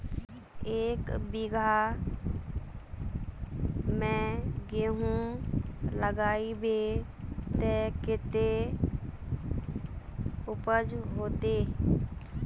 एक बिगहा में गेहूम लगाइबे ते कते उपज होते?